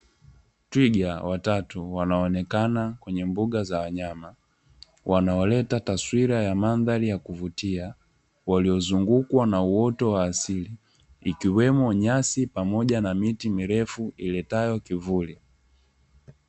Twiga watatu wanaoonekana kwenye mbuga za wanyama wanaoleta taswira ya mandhari ya kuvutia, uliozungukwa na uoto wa asili ikiwemo nyasi pamoja na miti mirefu iletayo kivuli.